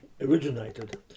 originated